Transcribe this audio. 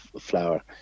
flower